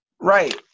Right